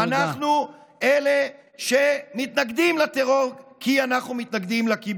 אנחנו אלה שמתנגדים לטרור כי אנחנו מתנגדים לכיבוש.